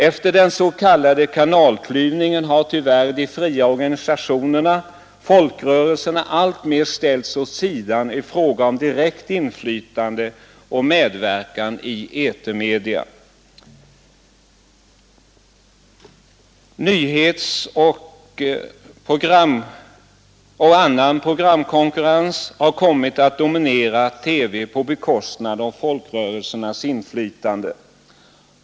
Efter den s.k. kanalklyvningen har tyvärr de fria organisationerna folkrörelserna alltmer ställts åt sidan i fråga om direkt inflytande och medverkan i etermedia. Nyhetsoch annan programkonkurrens har kommit att dominera TV på bekostnad av folkrörelsernas inflytande.